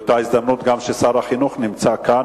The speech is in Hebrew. באותה הזדמנות שגם שר החינוך נמצא כאן,